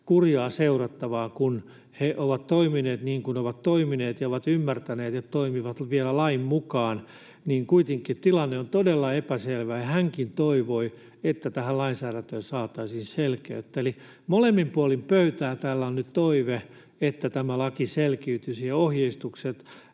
kurjaa seurattavaa, kun he ovat toimineet niin kuin ovat toimineet ja ovat ymmärtäneet, että toimivat vielä lain mukaan, mutta kuitenkin tilanne on todella epäselvä. Hänkin toivoi, että tähän lainsäädäntöön saataisiin selkeyttä. Eli molemmin puolin pöytää täällä on nyt toive, että tämä laki selkiytyisi ja ohjeistukset